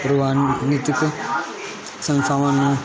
ਪ੍ਰਵਾਨਿਤ ਸੰਸਥਾਵਾਂ ਨੂੰ